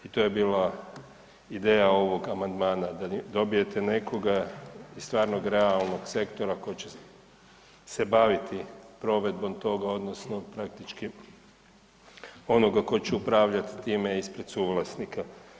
I to je bila ideja ovog amandmana, da dobijete nekoga iz stvarnog realnog sektora koji će se baviti provedbom toga odnosno praktički onoga koji će upravljati time ispred suvlasnika.